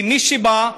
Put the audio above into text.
כי מי שבא,